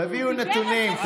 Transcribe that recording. תביאו נתונים.